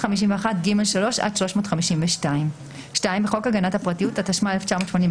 351ג(3) עד 352. בחוק הגנת הפרטיות התשמ"ה-1981,